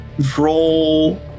Roll